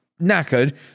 knackered